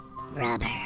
Rubber